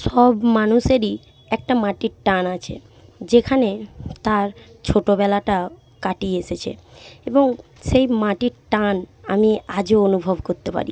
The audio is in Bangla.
সব মানুষেরই একটা মাটির টান আছে যেখানে তার ছোটবেলাটা কাটিয়ে এসেছে এবং সেই মাটির টান আমি আজও অনুভব করতে পারি